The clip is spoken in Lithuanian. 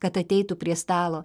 kad ateitų prie stalo